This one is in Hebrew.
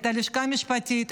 את הלשכה המשפטית,